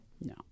No